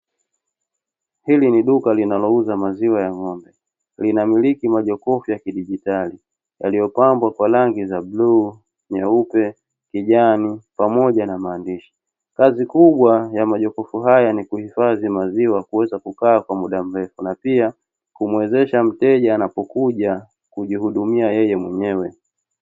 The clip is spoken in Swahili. Hili ni duka linalouza maziwa ya ng'ombe. Linamiliki majokofu ya kidigitali, yaliyopambwa kwa rangi za bluu, nyeupe, kijani pamoja na maandishi. Kazi kubwa ya majokofu haya ni kuhifadhi maziwa kuweza kukaa kwa muda mrefu, na pia kumuwezesha mteja anapokuja kujihudumia yeye mwenyewe.